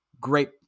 great